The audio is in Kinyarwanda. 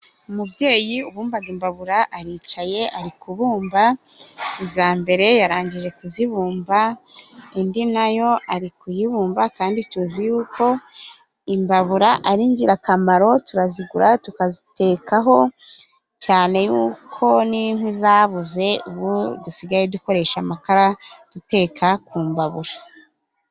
Umubyeyi ubumbaga imbabura aricaye ari kubumba. Iza mbere yarangije kuzibumba, indi na yo ari kuyibumba kandi tuzi yuko imbabura ari ingirakamaro. Turazigura, tukazitekaho cyane yuko n'inkwi zabuze, ubu dusigaye dukoresha amakara duteka ku mbabura.